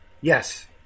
yes